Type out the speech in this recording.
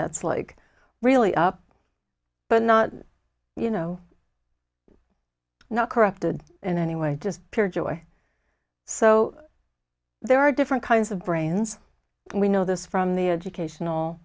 that's like really up but not you know not corrupted in any way just pure joy so there are different kinds of brains and we know this from the educational